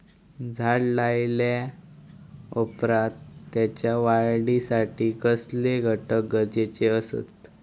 झाड लायल्या ओप्रात त्याच्या वाढीसाठी कसले घटक गरजेचे असत?